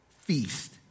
feast